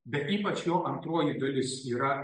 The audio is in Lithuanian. bet ypač jo antroji dalis yra